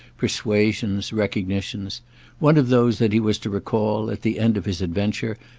persuasions, recognitions one of those that he was to recall, at the end of his adventure,